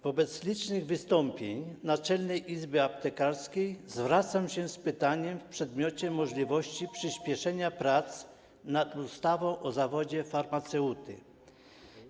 Wobec licznych wystąpień Naczelnej Izby Aptekarskiej zwracam się z pytaniem w przedmiocie możliwości przyspieszenia prac nad ustawą o zawodzie farmaceuty.